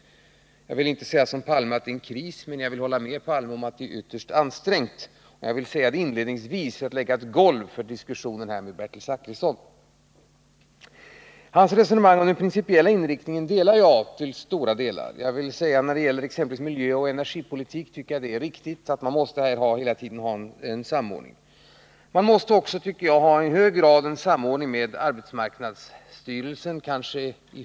Jag vill inte som Olof Palme påstå att vi befinner oss i en kris, men jag vill hålla med honom om att läget är ytterst ansträngt. Jag vill säga detta inledningsvis för att lägga ett golv för diskussionen här med Bertil Zachrisson. Bertil Zachrissons resonemang om den principiella inriktningen håller jag med om till stor del. När det gäller exempelvis miljöoch energipolitiken tycker jag det är riktigt att man hela tiden måste ha en samordning. Man måste också, tycker jag, i hög grad ha en samordning med arbetsmarknadsstyrelsen.